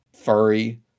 furry